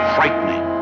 Frightening